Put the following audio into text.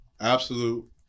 absolute